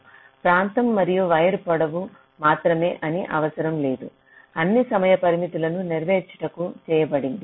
తప్పనిసరిగా ప్రాంతం మరియు వైర్ పొడవు మాత్రమే కాకుండా అన్ని సమయ పరిమితులను నెరవేర్చుటకు చేయబడింది